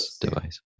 device